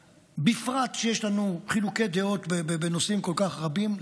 בפרט כשיש לנו חילוקי דעות בנושאים כל כך רבים,